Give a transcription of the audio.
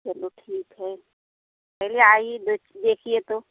चलो ठीक है पहले आइए देख देखिए तो